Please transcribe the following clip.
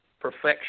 perfection